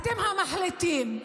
אתם המחליטים.